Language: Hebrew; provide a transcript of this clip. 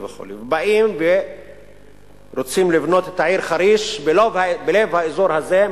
באים ורוצים לבנות את העיר חריש בלב האזור הזה,